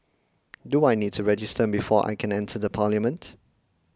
do I need to register before I can enter the parliament